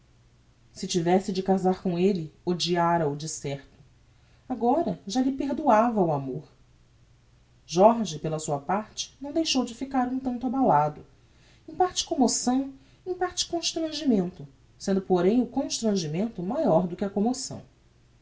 se tivesse de casar com elle odiara o de certo agora já lhe perdoava o amor jorge pela sua parte não deixou de ficar um tanto abalado em parte commoção em parte constrangimento sendo porém o constrangimento maior do que a commoção